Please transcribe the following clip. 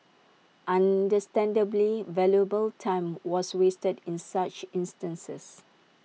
understandably valuable time was wasted in such instances